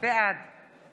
בעד